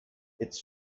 its